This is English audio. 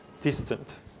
distant